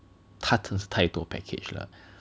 他真的是太多 package 了